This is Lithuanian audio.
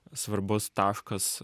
svarbus taškas